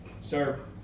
Sir